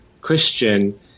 Christian